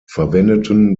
verwendeten